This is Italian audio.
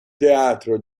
teatro